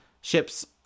ship's